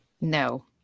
No